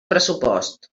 pressupost